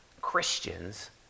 Christians